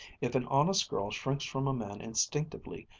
if an honest girl shrinks from a man instinctively,